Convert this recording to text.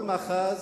כל מאחז